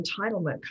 entitlement